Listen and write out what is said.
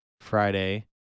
Friday